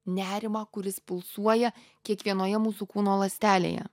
nerimą kuris pulsuoja kiekvienoje mūsų kūno ląstelėje